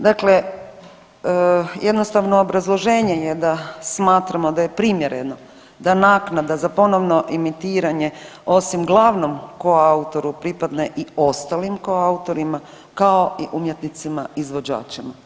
Dakle, jednostavno obrazloženje je da smatramo da je primjereno da naknada za ponovno emitiranje osim glavnom koautoru pripadne i ostalim koautorima kao i umjetnicima izvođačima.